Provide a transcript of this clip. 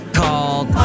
called